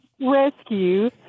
rescue